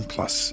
Plus